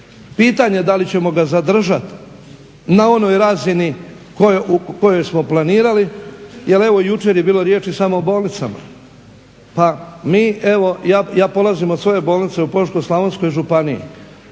pitanje da li ćemo ga zadržati na onoj razini kojoj smo planirali, jer evo jučer je bilo riječi samo o bolnicama. Pa mi evo, ja polazim od svoje bolnice u Požeško-slavonskoj županiji.